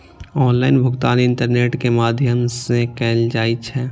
online भुगतान internet के माध्यम सं कैल जाइ छै